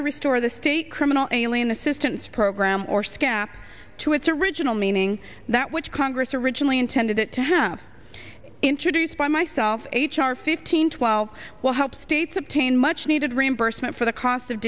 to restore the state criminal alien assistance program or scap to its original meaning that which congress originally intended it to have introduced by myself h r fifteen twelve will help states obtain much needed reimbursement for the cost of